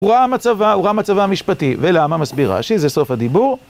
הוא ראה מצבה, הוא ראה מצבה המשפטי, ולמה? מסביר רש"י זה סוף הדיבור.